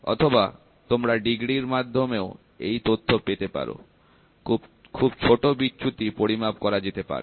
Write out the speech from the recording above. অথবা তোমরা ডিগ্রির মাধ্যমেও এই তথ্য পেতে পারো খুব ছোট বিচ্যুতি পরিমাপ করা যেতে পারে